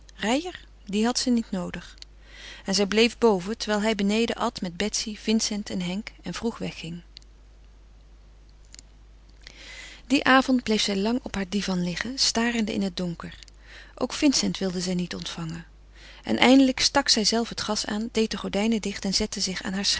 reijer dien had ze niet noodig en zij bleef boven terwijl hij beneden at met betsy vincent en henk en vroeg wegging vii dien avond bleef zij lang op haar divan liggen starende in het donker ook vincent wilde zij niet ontvangen en eindelijk stak zijzelve het gas aan deed de gordijnen dicht en zette zich aan